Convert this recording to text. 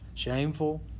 Shameful